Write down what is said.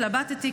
התלבטתי,